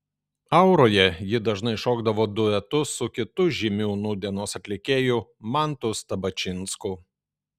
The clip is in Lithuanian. auroje ji dažnai šokdavo duetu su kitu žymiu nūdienos atlikėju mantu stabačinsku